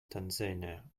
tanzania